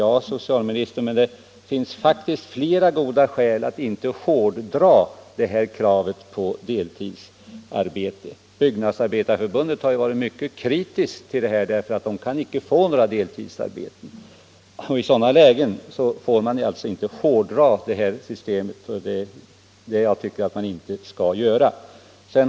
Ja, herr socialminister, men det finns faktiskt också flera goda skäl för att inte hårdra kravet på deltidsarbete. Byggnadsarbetareförbundet har ju varit mycket kritiskt till detta, eftersom det för byggnadsarbetarna inte går att få några deltidsarbeten. I sådana lägen får man alltså inte hårdra det här systemet — och det är det jag inte tycker att man skall göra heller.